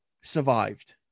survived